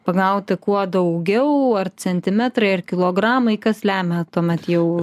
pagauti kuo daugiau ar centimetrai ar kilogramai kas lemia tuomet jau